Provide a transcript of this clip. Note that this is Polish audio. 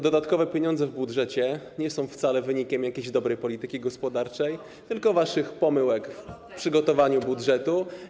Dodatkowe pieniądze w budżecie nie są wcale wynikiem jakiejś dobrej polityki gospodarczej, tylko waszych pomyłek w przygotowaniu budżetu.